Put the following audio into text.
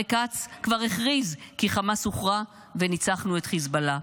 הרי כץ כבר הכריז כי חמאס הוכרע וניצחנו את חיזבאללה.